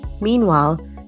Meanwhile